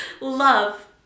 love